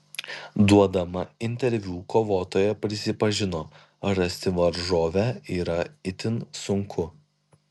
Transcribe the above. duodama interviu kovotoja prisipažino rasti varžovę yra itin sunku